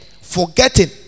Forgetting